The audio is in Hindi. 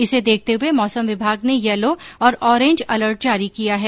इसे देखते हये मौसम विभाग ने येलो और औरेन्ज अलर्ट जारी किया है